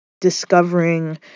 discovering